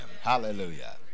Hallelujah